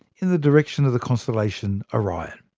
in the direction of the constellation, orion.